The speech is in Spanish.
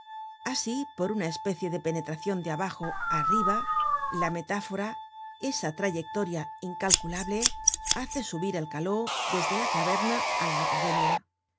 asi por una especie de penetracion de abajo á arriba la metáfora esa trayectoria incalculable hace subir al caló desde la caverna á la academia